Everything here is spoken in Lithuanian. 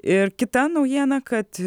ir kita naujiena kad